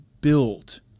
built